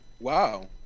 wow